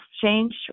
change